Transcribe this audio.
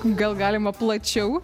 gal galima plačiau